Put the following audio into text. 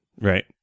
right